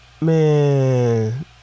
Man